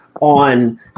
on